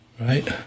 right